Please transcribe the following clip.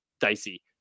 dicey